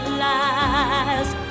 last